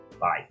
Bye